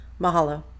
Mahalo